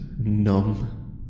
numb